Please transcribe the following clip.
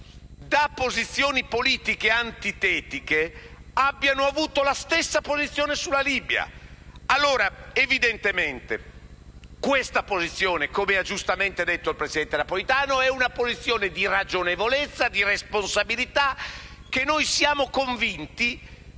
da posizioni politiche antitetiche abbiano avuto la stessa posizione sulla Libia. Evidentemente questa posizione, come ha giustamente detto il presidente Napolitano, è una posizione di ragionevolezza e di responsabilità, che noi siamo convinti